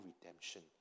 redemption